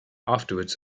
afterwards